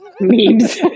Memes